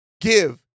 give